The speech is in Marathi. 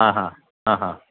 हां हां हां हां